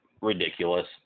ridiculous